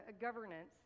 governance